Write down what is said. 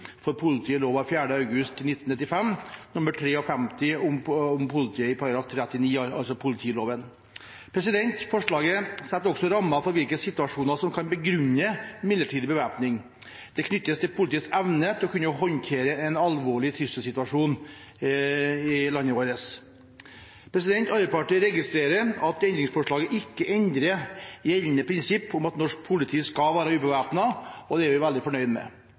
for politiet, i § 29 i lov av 4. august 1995 nr. 53 om politiet, altså politiloven. Forslaget setter også rammer for hvilke situasjoner som kan begrunne midlertidig bevæpning. Det knyttes til politiets evne til å kunne håndtere en alvorlig trusselsituasjon i landet vårt. Arbeiderpartiet registrerer at endringsforslaget ikke endrer gjeldende prinsipper om at norsk politi skal være ubevæpnet, og det er vi veldig fornøyd med.